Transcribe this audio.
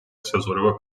ესაზღვრება